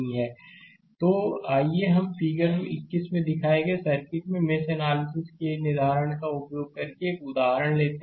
slide समय देखें 1205 तो आइए हम फिगर 21 में दिखाए गए सर्किट में मेष एनालिसिस के निर्धारण का उपयोग करके एक और उदाहरण लेते हैं